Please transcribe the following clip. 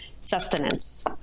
sustenance